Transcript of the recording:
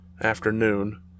afternoon